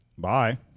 Bye